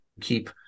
keep